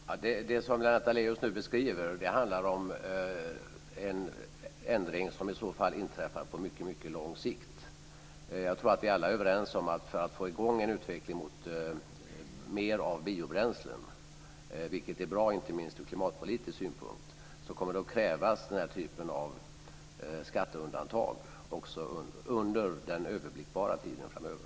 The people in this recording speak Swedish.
Fru talman! Det som Lennart Daléus nu beskriver handlar om en ändring som i så fall inträffar på mycket lång sikt. Jag tror att vi alla är överens om att för att få i gång en utveckling mot mer av biobränslen, vilket är bra inte minst ur klimatpolitisk synpunkt, kommer det att krävas den typen av skatteundantag under den överblickbara tiden framöver.